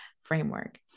framework